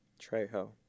Trejo